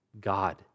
God